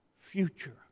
future